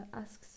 asks